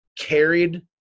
Carried